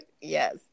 Yes